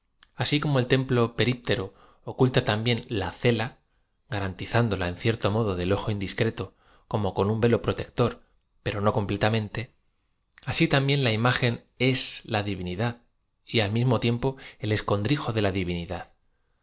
asi como el templo períptero oculta también la celia garantizándola en cierto modo del ojo indiscreto como con un velo protector pero no completamente asi también la imagen ee la divinidad y al mismo tiempo el escondrijo de la divinidad